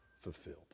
fulfilled